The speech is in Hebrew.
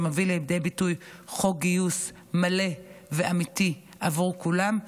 שמביא לידי ביטוי חוק גיוס מלא ואמיתי עבור כולם,